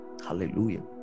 Hallelujah